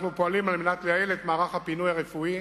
אנחנו פועלים לייעל את מערך הפינוי הרפואי